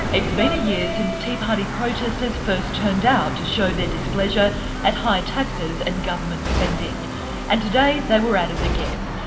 it's been a year since tea party protestors first turned out to show their displeasure at high taxes and government spending and today they were at it again,